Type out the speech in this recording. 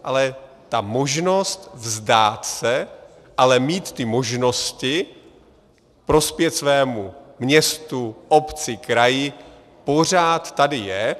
Ale ta možnost vzdát se, ale mít ty možnosti prospět svému městu, obci, kraji pořád tady je.